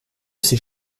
ces